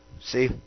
See